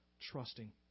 trusting